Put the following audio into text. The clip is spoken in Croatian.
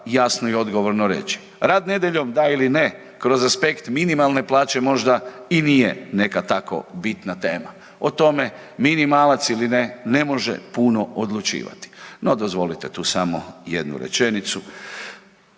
jasno i odgovorno reći. Rad nedjeljom, da ili ne, kroz aspekt minimalne plaće možda i nije neka tako bitna tema. O tome, minimalac ili ne, ne može puno odlučivati. No dozvolite tu samo jednu rečenicu,